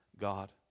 God